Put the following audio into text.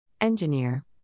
Engineer